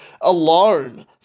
alone